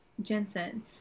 Jensen